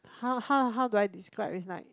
how how how do I describe it's like